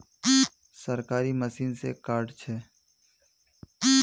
सरकारी मशीन से कार्ड छै?